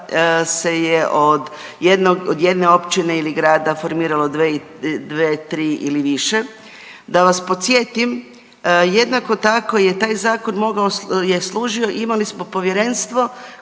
jednog, od jedne općine ili grada formiralo dve, tri ili više. Da vas podsjetim, jednako tako je taj Zakon mogao je, služio, imali smo povjerenstvo